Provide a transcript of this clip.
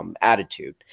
attitude